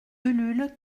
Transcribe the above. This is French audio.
ulule